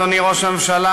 אדוני ראש הממשלה,